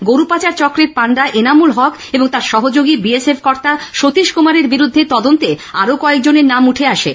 গরু পাচার চক্রের পান্ডা এনামুল হক এবং তার সহযোগী বিএসএফ কর্তা সতীশ কুমারের বিরুদ্ধে তদন্তে আরো কয়েকজনের নাম উঠে আসে